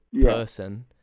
person